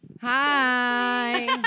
Hi